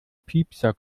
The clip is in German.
piepser